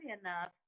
enough